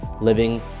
living